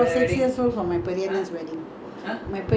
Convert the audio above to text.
ah you came there when I was six you were thirteen years old